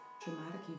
traumatic